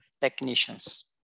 technicians